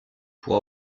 pour